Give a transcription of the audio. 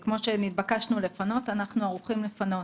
כמו שנתבקשנו לפנות אנחנו ערוכים לפנות.